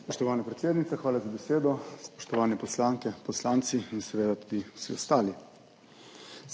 Spoštovana predsednica, hvala za besedo. Spoštovane poslanke, poslanci in seveda tudi vsi ostali!